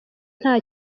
nta